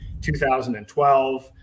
2012